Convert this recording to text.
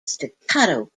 staccato